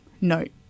note